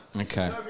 Okay